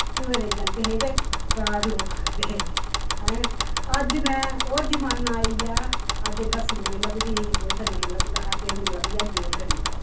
घ्योये दे जन्दे हे ते घराट लोग खंदे हे आहे अज में ओह् जमाना आई गेआ लस्सी नेईं लब्भदी दूद्ध नेईं लब्भदा देही निं लब्भदा जोर घटी आ हून